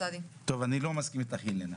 אני לא מסכים איתך, אלינה.